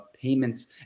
payments